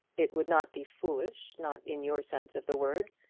it would not be foolish, not in your sense of the word,